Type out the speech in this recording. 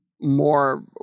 more